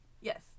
Yes